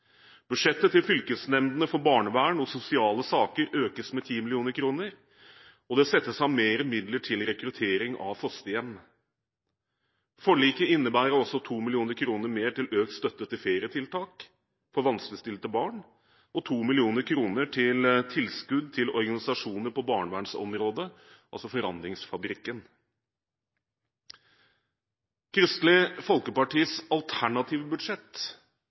Budsjettet til fylkesnemndene for barnevern og sosiale saker økes med 10 mill. kr, og det settes av mer midler til rekruttering av fosterhjem. Forliket innebærer også 2 mill. kr mer til økt støtte til ferietiltak for vanskeligstilte barn og 2 mill. kr til tilskudd til organisasjoner på barnevernsområdet, altså Forandringsfabrikken. Kristelig Folkepartis alternative budsjett